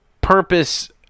purpose